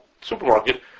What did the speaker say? supermarket